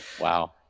wow